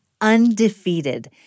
undefeated